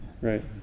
Right